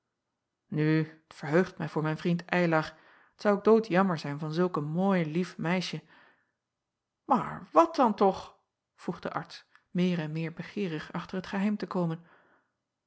t verheugt mij voor mijn vriend ylar t zou ook doodjammer zijn van zulk een mooi lief meisje aar wat dan toch vroeg de arts meer en meer begeerig achter het geheim te komen